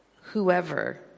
Whoever